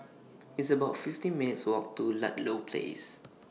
It's about fifty minutes' Walk to Ludlow Place